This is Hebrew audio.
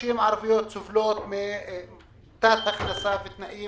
נשים ערביות סובלות מתת הכנסה ותנאים